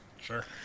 Sure